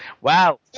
Wow